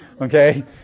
okay